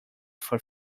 from